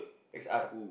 X_R